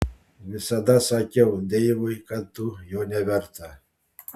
visada sakiau deivui kad tu jo neverta